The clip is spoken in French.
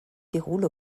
déroulent